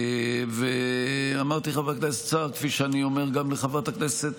אמרתי לחבר הכנסת